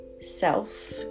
self